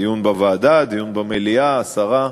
דיון בוועדה, דיון במליאה, הסרה,